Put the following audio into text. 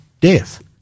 death